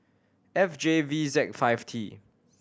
F J V Z five T